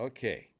Okay